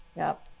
yep.